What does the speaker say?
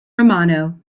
romano